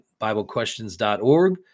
biblequestions.org